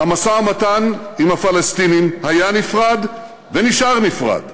המשא-ומתן עם הפלסטינים היה נפרד ונשאר נפרד,